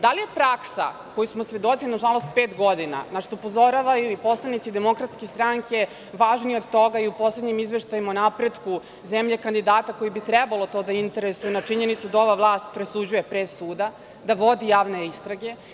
Da li je praksa čiji smo svedoci, nažalost, pet godina, našta upozoravaju i poslanici DS važnija od toga u poslednjim izveštajima o napretku zemlje kandidata koji bi trebalo to da interesuje, na činjenicu da ova vlast presuđuje pre suda, da vodi javne istrage.